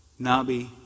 Nabi